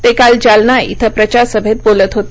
ते काल जालना इथं प्रचारसभेत बोलत होते